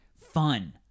fun